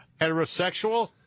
Heterosexual